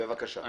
אל"ף,